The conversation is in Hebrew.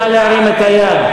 נא להרים את היד.